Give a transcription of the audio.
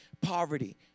poverty